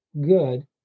good